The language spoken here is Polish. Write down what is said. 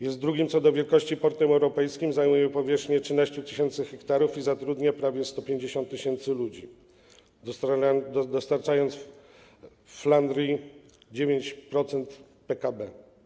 Jest drugim co do wielkości portem europejskim, zajmuje powierzchnię 13 tys. ha i zatrudnia prawie 150 tys. ludzi, dostarczając Flandrii 9% PKB.